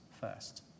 First